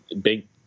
big